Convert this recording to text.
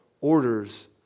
orders